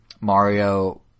Mario